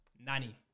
Nani